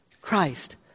Christ